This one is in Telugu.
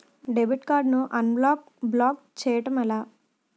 డెబిట్ కార్డ్ ను అన్బ్లాక్ బ్లాక్ చేయటం ఎలా?